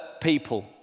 people